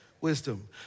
Wisdom